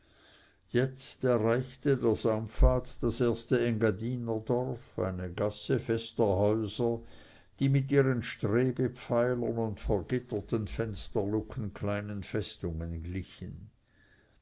jetzt erreichte der saumpfad das erste engadinerdorf eine gasse fester häuser die mit ihren strebepfeilern und vergitterten fensterluken kleinen festungen glichen